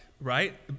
right